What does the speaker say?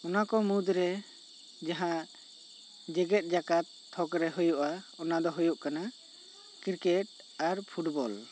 ᱚᱱᱟ ᱠᱚ ᱢᱩᱫᱽᱨᱮ ᱡᱟᱦᱟᱸ ᱡᱮᱜᱮᱛ ᱡᱟᱠᱟᱛ ᱛᱷᱚᱠ ᱨᱮ ᱦᱩᱭᱩᱜᱼᱟ ᱚᱱᱟ ᱫᱚ ᱦᱩᱭᱩᱜ ᱠᱟᱱᱟ ᱠᱨᱤᱠᱮᱴ ᱟᱨ ᱯᱷᱩᱴᱵᱚᱞ